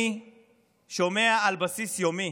אני שומע על בסיס יומי